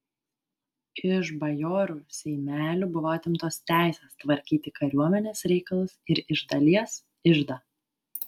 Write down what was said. iš bajorų seimelių buvo atimtos teisės tvarkyti kariuomenės reikalus ir iš dalies iždą